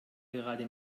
gerade